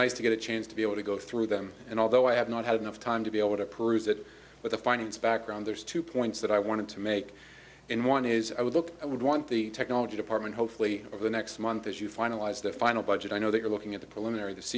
nice to get a chance to be able to go through them and although i have not had enough time to be able to peruse it with the findings background there's two points that i want to make and one is i would look i would want the technology department hopefully over the next month as you finalize their final budget i know they're looking at the preliminary this